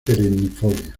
perennifolia